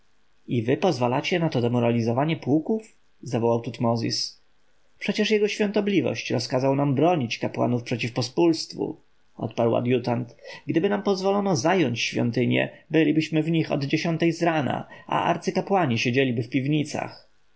wy pozwalacie na to demoralizowanie pułków zawołał tutmozis przecież jego świątobliwość rozkazał nam bronić kapłanów przeciw pospólstwu odparł adjutant gdyby nam pozwolono zająć świątynie bylibyśmy w nich od dziesiątej z rana a arcykapłani siedzieliby w piwnicach